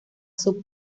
sub